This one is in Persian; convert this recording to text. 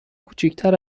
کوچیکتر